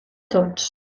tots